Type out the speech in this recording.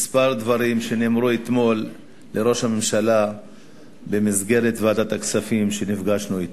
כמה דברים שנאמרו אתמול לראש הממשלה במסגרת ועדת הכנסת כשנפגשנו אתו.